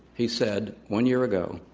he said, one year ago,